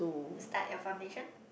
start your foundation